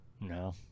No